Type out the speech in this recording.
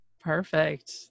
Perfect